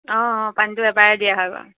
অঁ পানীটো এবাৰেই দিয়া হয় বাৰু